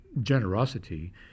generosity